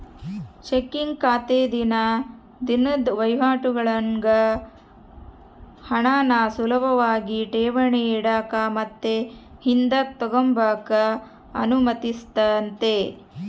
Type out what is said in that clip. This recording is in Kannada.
ಚೆಕ್ಕಿಂಗ್ ಖಾತೆ ದಿನ ದಿನುದ್ ವಹಿವಾಟುಗುಳ್ಗೆ ಹಣಾನ ಸುಲುಭಾಗಿ ಠೇವಣಿ ಇಡಾಕ ಮತ್ತೆ ಹಿಂದುಕ್ ತಗಂಬಕ ಅನುಮತಿಸ್ತತೆ